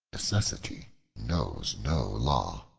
necessity knows no law.